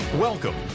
Welcome